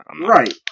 Right